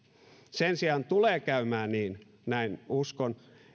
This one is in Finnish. sen sijaan tulee käymään niin näin uskon